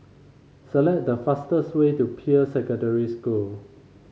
select the fastest way to Secondary School